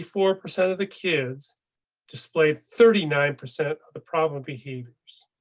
four percent of the kids displayed thirty nine percent of the problem behaviors.